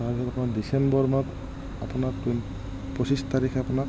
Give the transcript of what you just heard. তাৰ ডিচেম্বৰ আপোনাৰ পঁচিছ তাৰিখে আপোনাৰ